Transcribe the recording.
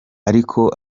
ariko